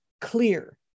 clear